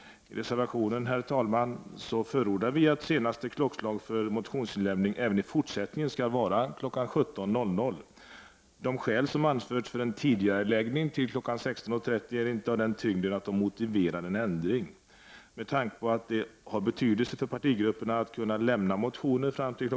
I reservationen, herr talman, förordar vi att senaste klockslag för motionsinlämning även i fortsättningen skall vara kl. 17.00. De skäl som har anförts för en tidigareläggning till kl. 16.30 är inte av den tyngden att de motiverar en ändring. Med tanke på att det har betydelse för partigrupperna att kunna lämna motioner fram till kl.